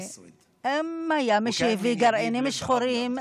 היה מי שהביא גרעינים שחורים,